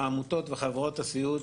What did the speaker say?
בעמותות וחברות הסיעוד,